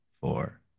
four